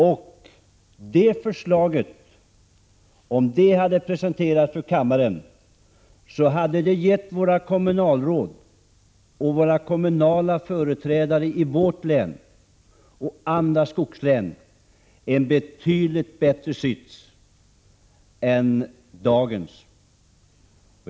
Om det här förslaget hade presenterats för kammaren hade det gett kommunalråden och de kommunala företrädarna i vårt län och andra skogslän en betydligt bättre sits än dagens.